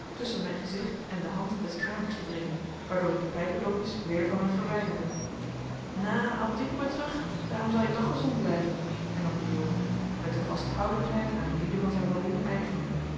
tusschen mijn gezicht en de hand des kramers te brengen waardoor ik de pijpedopjes weder van mij verwijderde nha al duwje me therug dhaarom zelje toch ghesond blijven hernam de jood met de vasthoudendheid aan lieden van zijn beroep eigen